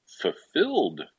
fulfilled